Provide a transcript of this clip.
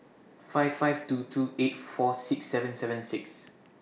five five two two eight four six seven seven six